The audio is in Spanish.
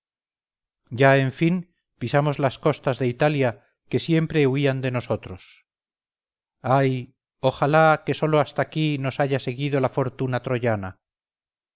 ya en fin pisamos las costas de italia que siempre huían de nosotros ay ojalá que sólo hasta aquí nos haya seguido la fortuna troyana